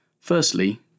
Firstly